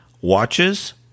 watches